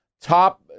Top